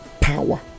power